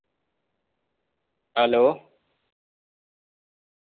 hello